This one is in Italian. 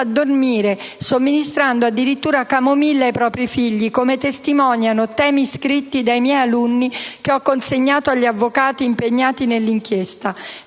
a dormire, somministrando addirittura camomilla ai propri figli, come testimoniano temi scritti dai miei alunni, che ho consegnato agli avvocati impegnati nell'inchiesta.